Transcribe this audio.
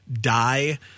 die